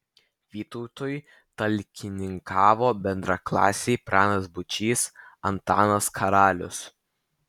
vytautui talkininkavo bendraklasiai pranas būčys antanas karalius